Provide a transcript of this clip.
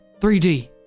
3D